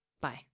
Bye